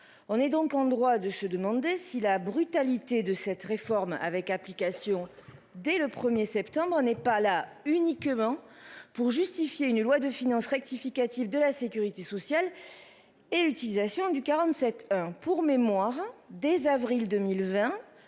On est donc en droit de se demander si la brutalité de cette réforme avec application dès le 1er septembre n'est pas là uniquement. Pour justifier une loi de finances rectificative de la sécurité sociale. Et l'utilisation du 47. Pour mémoire, dès avril 2020